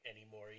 anymore